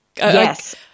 Yes